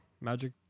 magic